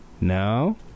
No